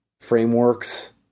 frameworks